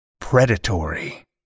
predatory